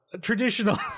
traditional